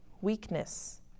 weakness